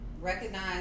recognize